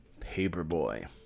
paperboy